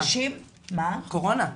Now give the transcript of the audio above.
הקורונה.